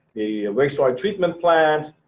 the wastewater treatment plant,